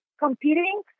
competing